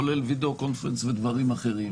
כולל וידיאו קונפרנס ודברים אחרים,